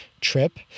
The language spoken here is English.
trip